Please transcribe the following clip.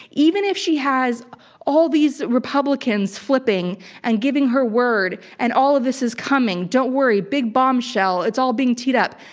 even if she has all these republicans flipping and giving her word and all of this is coming. don't worry. big bombshell. it's all being teed up.